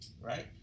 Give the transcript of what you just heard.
Right